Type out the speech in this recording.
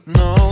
no